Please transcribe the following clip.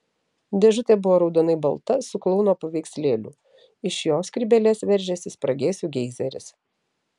dėžutė buvo raudonai balta su klouno paveikslėliu iš jo skrybėlės veržėsi spragėsių geizeris